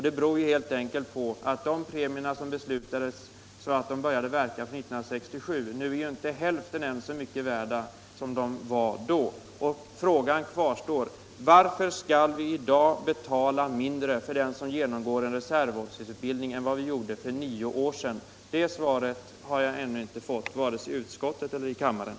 Det beror helt enkelt på att de premier som beslutades så att de började betalas ut 1967 nu inte är värda ens hälften så mycket som de var då. Frågan kvarstår: Varför skall vi i dag betala mindre till den som genomgår reservofficersutbildning än vi gjorde för nio år sedan? Svaret på den frågan har jag ännu inte fått vare sig i utskottet eller i kammaren.